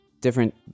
different